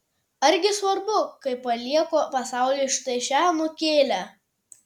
argi svarbu kai palieku pasauliui štai šią anūkėlę